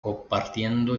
compartiendo